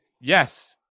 Yes